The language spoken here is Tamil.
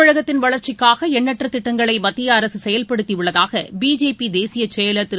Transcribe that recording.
தமிழகத்தின் வளர்ச்சிக்காகஎண்ணற்றதிட்டங்களைமத்தியஅரசுசெயல்படுத்தியுள்ளதாகபிஜேபிதேசியச் செயலர் திரு